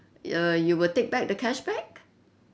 uh you will take back the cashback